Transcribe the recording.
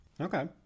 Okay